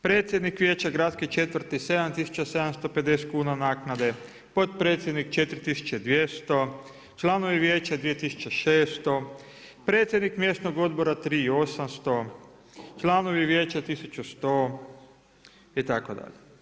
Predsjednik vijeća gradske četvrti 7 750 kuna naknade, potpredsjednik 4 200, članovi vijeća 2 600. predsjednik mjesnog odbora 3 800, članovi vijeća 1 100 itd.